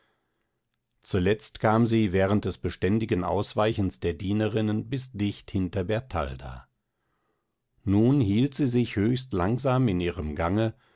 zuletzt kam sie während des beständigen ausweichens der dienerinnen bis dicht hinter bertalda nun hielt sie sich höchst langsam in ihrem gange